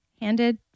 handed